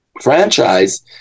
franchise